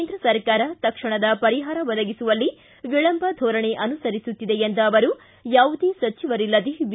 ಕೇಂದ್ರ ಸರ್ಕಾರ ತಕ್ಷಣದ ಪರಿಹಾರ ಒದಗಿಸುವಲ್ಲಿ ವಿಳಂಬ ಧೋರಣೆ ಅನುಸರಿಸುತ್ತಿದೆ ಎಂದ ಅವರು ಯಾವುದೇ ಸಚಿವರಿಲ್ಲದೇ ಬಿ